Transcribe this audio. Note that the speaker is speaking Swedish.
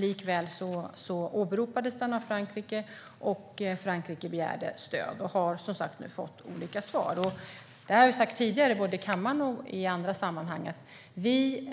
Likväl åberopades den av Frankrike när de begärde stöd, och nu har Frankrike som sagt fått olika svar. Jag har sagt tidigare både här i kammaren och i andra sammanhang att vi